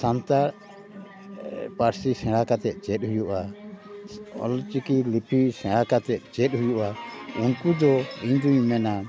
ᱥᱟᱱᱛᱟᱲ ᱯᱟᱹᱨᱥᱤ ᱥᱮᱬᱟ ᱠᱟᱛᱮᱫ ᱪᱮᱫ ᱦᱩᱭᱩᱜᱼᱟ ᱚᱞ ᱪᱤᱠᱤ ᱞᱤᱯᱤ ᱥᱮᱬᱟ ᱠᱟᱛᱮ ᱪᱮᱫ ᱦᱩᱭᱩᱜᱼᱟ ᱩᱱᱠᱩ ᱫᱚ ᱤᱧᱫᱩᱧ ᱢᱮᱱᱟ